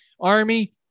Army